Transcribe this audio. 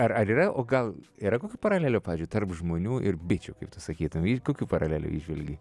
ar ar yra o gal yra kokių paralelių pavyzdžiui tarp žmonių ir bičių kaip tu sakytum į kokių paralelių įžvelgi